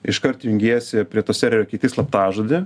iškart jungiesi prie to serverio keiti slaptažodį